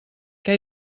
què